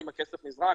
האם הכסף נזרק,